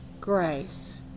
grace